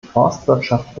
forstwirtschaft